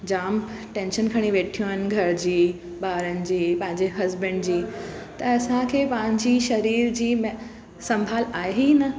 जाम tension खणी वेठियूं आहिनि घर जी ॿारनि जी पंहिंजे हस्बैंड जी त असांखे पंहिंजी शरीर जी मै संभाल आहे ई न